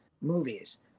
movies